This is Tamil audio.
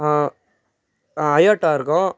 அயோட்டா இருக்கும்